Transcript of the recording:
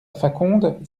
faconde